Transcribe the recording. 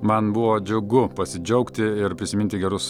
man buvo džiugu pasidžiaugti ir prisiminti gerus